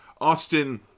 Austin